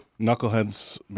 knuckleheads